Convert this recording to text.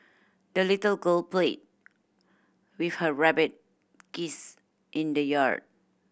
the little girl played with her rabbit geese in the yard